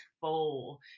full